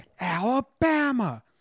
Alabama